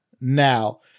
now